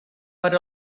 per